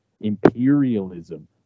imperialism